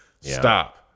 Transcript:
Stop